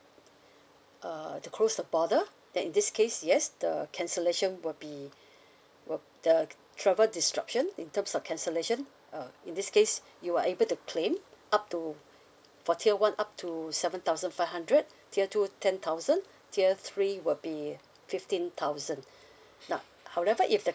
err to close the border then in this case yes the cancellation will be will the travel disruption in terms of cancellation uh in this case you are able to claim up to for tier one up to seven thousand five hundred tier two ten thousand tier three will be fifteen thousand now however if the